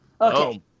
Okay